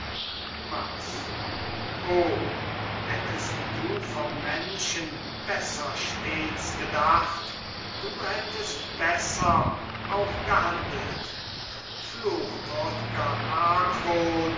max o hättest du vom menschen besser stets gedacht du hättest besser auch gehandelt